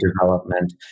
development